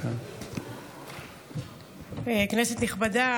כנסת נכבדה,